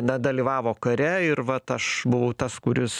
nedalyvavo kare ir vat aš buvau tas kuris